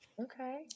Okay